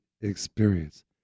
experience